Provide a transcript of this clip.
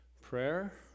prayer